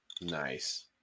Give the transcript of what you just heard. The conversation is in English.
nice